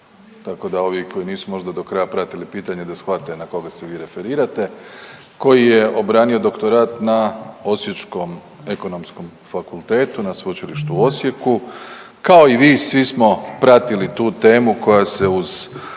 tako da ovi koji nisu možda do kraja pratili pitanje da shvate na koga se vi referirate, koji je obranio doktorat na osječkom ekonomskom fakultetu, na Sveučilištu u Osijeku, kao i vi svi smo pratili tu temu koja se uz